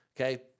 Okay